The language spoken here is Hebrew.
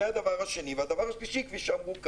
הדבר השלישי כפי שאמרו כמה,